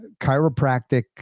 chiropractic